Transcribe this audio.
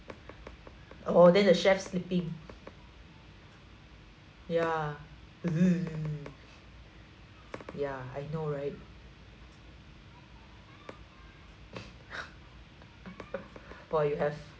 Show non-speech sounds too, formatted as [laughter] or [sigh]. oh then the chef's sleeping ya [noise] ya I know right !wah! you have